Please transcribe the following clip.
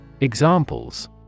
Examples